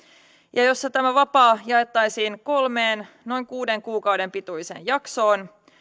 ja jossa tämä vapaa jaettaisiin kolmeen noin kuuden kuukauden pituiseen jaksoon